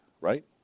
right